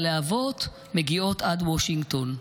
והלהבות מגיעות עד וושינגטון.